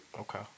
Okay